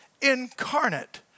incarnate